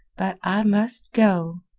but i must go.